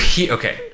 okay